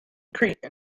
cretan